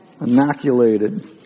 Inoculated